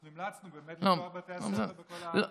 אנחנו המלצנו באמת לפתוח את בתי הספר בכל הארץ.